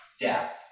death